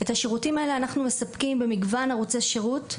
את השירותים האלה אנחנו מספקים במגוון ערוצי שירות,